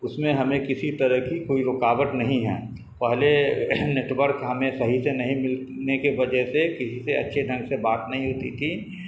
اس میں ہمیں کسی طرح کی کوئی رکاوٹ نہیں ہے پہل ے نیٹ ورک ہمیں صحیح سے نہیں ملنے کے وجہ سے کسی سے اچھے ڈھنگ سے بات نہیں ہوتی تھی